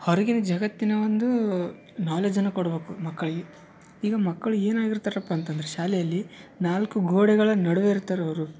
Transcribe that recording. ಹೊರಗಿನ ಜಗತ್ತಿನ ಒಂದು ನಾಲೆಜನ್ನ ಕೊಡಬೇಕು ಮಕ್ಕಳಿಗೆ ಈಗ ಮಕ್ಳು ಏನಾಗಿರ್ತರಪ್ಪ ಅಂತಂದ್ರೆ ಶಾಲೆಯಲ್ಲಿ ನಾಲ್ಕು ಗೋಡೆಗಳ ನಡುವೆ ಇರ್ತಾರೆ ಅವರು